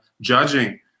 judging